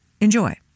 Enjoy